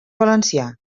valencià